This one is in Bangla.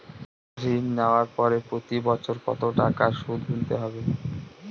ঋণ নেওয়ার পরে প্রতি বছর কত টাকা সুদ গুনতে হবে?